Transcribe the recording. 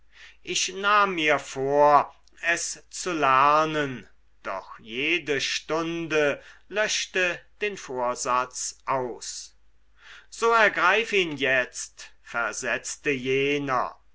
ich nahm mir vor es zu lernen doch jede stunde löschte den vorsatz aus so ergreif ihn jetzt versetzte jener